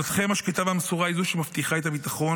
אתם עומדים על המשמר בכל שעה, בכל יום,